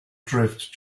drift